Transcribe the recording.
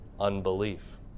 unbelief